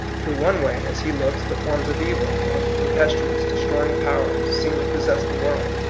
through one way, as he looks, the forms of evil, of tempestuous, de stroying powers, seem to possess the world.